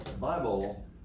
Bible